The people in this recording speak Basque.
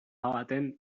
baten